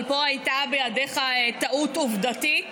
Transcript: אבל פה הייתה בידך טעות עובדתית.